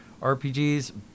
RPGs